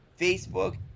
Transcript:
Facebook